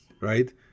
Right